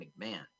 McMahon